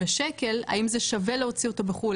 בשקל האם זה שווה להוציא לחו"ל?